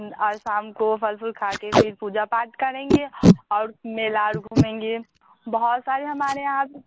और शाम को फल फूल खाके फिर पूजा पाठ करेंगे और मेला और घूमेंगे बहुत सारे हमारे यहाँ